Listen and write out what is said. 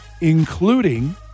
including